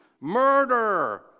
Murder